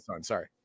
sorry